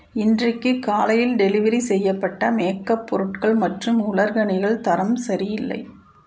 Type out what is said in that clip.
இன்றைக்கு காலையில் டெலிவரி செய்யப்பட்ட மேக்அப் பொருட்கள் மற்றும் உலர்கனிகள் தரம் சரியில்லை